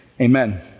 amen